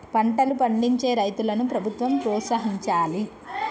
పంటలు పండించే రైతులను ప్రభుత్వం ప్రోత్సహించాలి